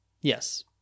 Yes